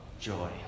joy